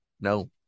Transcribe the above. No